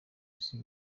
isi